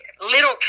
Little